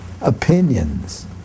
opinions